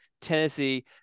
Tennessee